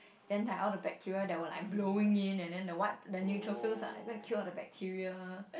then like all the bacteria that were like blowing in and then the what the neutrophils go and kill all the bacteria